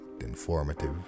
informative